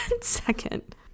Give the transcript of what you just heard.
second